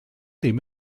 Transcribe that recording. dem